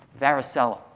Varicella